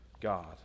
God